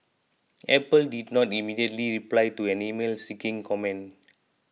Apple did not immediately reply to an email seeking comment